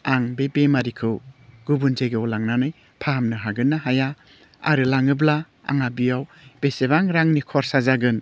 आं बे बेमारिखौ गुबुन जायगायाव लांनानै फाहामनो हागोन ना हाया आरो लाङोब्ला आंहा बेयाव बेसेबां रांनि खरसा जागोन